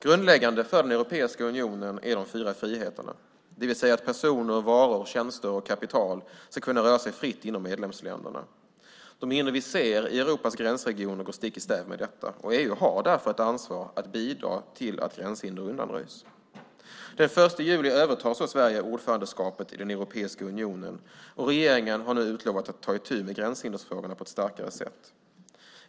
Grundläggande för Europeiska unionen är de fyra friheterna, det vill säga att personer, varor, tjänster och kapital ska kunna röra sig fritt inom medlemsländerna. De hinder som vi ser i Europas gränsregioner går stick i stäv mot detta, och EU har därför ett ansvar att bidra till att dessa gränshinder undanröjs. Den 1 juli övertar alltså Sverige ordförandeskapet i Europeiska unionen, och regeringen har utlovat att ta itu med gränshindersfrågorna på ett starkare sätt.